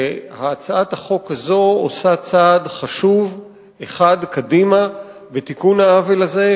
והצעת החוק הזאת עושה צעד חשוב אחד קדימה לתיקון העוול הזה,